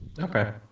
Okay